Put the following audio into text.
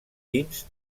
dins